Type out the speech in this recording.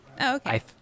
Okay